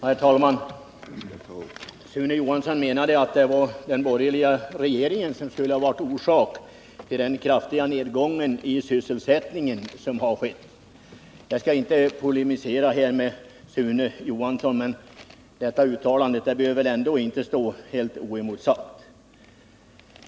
Herr talman! Sune Johansson menade att den borgerliga regeringen skulle ha varit orsaken till den kraftiga nedgången i sysselsättningen. Jag skall visserligen inte här polemisera mot Sune Johansson, men detta uttalande bör väl ändå inte få stå helt oemotsagt.